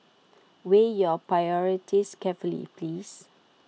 weigh your priorities carefully please